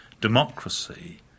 democracy